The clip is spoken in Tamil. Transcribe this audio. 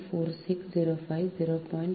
4605 0